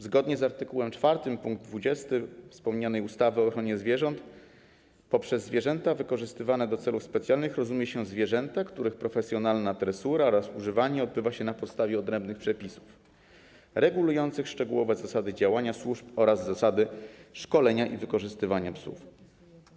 Zgodnie z art. 4 pkt 20 wspomnianej ustawy o ochronie zwierząt poprzez zwierzęta wykorzystywane do celów specjalnych rozumie się zwierzęta, których profesjonalna tresura oraz używanie odbywa się na podstawie odrębnych przepisów regulujących szczegółowe zasady działania służb oraz zasady szkolenia i wykorzystywania psów.